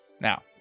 now